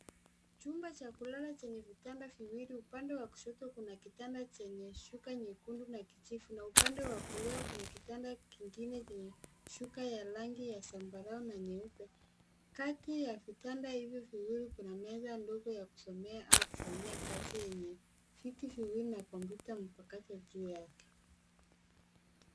Chumba cha kulala chenye vitanda viwili. Upande wa kushoto kuna kitanda chenye shuka nyekundu na kijivu na upande wa kulia kuna kitanda kingine chenye shuka ya rangi ya zambarau na nyeupe. Kati ya vitanda hivi viwili kuna meza ndogo ya kusomea au kufanyia kazi yenye viti viwili na kompyuta mpakato juu yake.